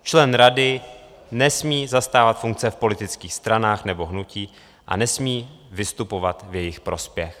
Člen rady nesmí zastávat funkce v politických stranách nebo hnutích a nesmí vystupovat v jejich prospěch.